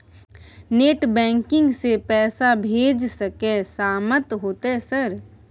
Net banking से पैसा भेज सके सामत होते सर?